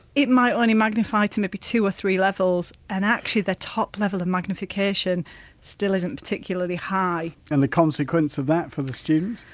it might only magnify to maybe two or three levels and actually their top level of magnification still isn't particularly high and the consequence of that for the students?